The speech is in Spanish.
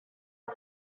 con